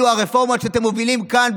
אלו הרפורמות שאתם מובילים כאן,